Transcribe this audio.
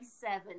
seven